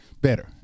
better